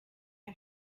are